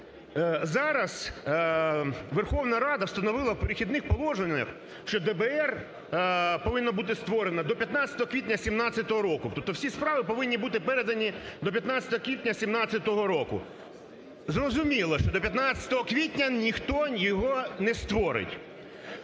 Зараз Верховна Рада встановила в "Перехідних положеннях", що ДБР повинна бути створена до 15 квітня 2017 року. Тобто всі справи повинні бути передані до 15 квітня 2017 року. Зрозуміло, що до 15 квітня ніхто його не створить.